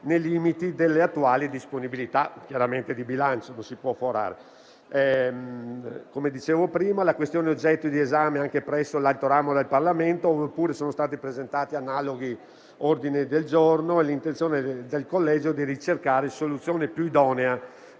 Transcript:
nei limiti delle attuali disponibilità di bilancio, poiché non si può sforare. Come dicevo prima, la questione è oggetto di esame anche presso l'altro ramo del Parlamento, dove pure sono stati presentati analoghi ordini del giorno. L'intenzione del Collegio è di ricercare una soluzione più idonea,